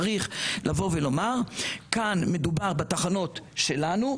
צריך לבוא ולומר כאן מדובר בתחנות שלנו,